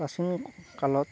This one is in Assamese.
প্ৰাচীন কালত